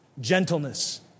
gentleness